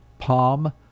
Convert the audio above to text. Palm